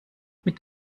mit